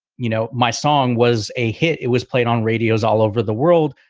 you know, my song was a hit, it was played on radios all over the world.